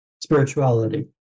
spirituality